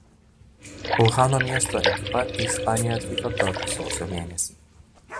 uhano miesto ekipa į ispaniją atvyko dar sausio mėnesį